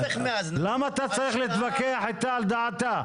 -- למה אתה צריך להתווכח איתה על דעתה?